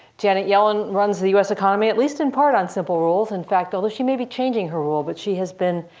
janet yellen runs the us economy at least in part on simple rules. and although she may be changing her rule, but she has been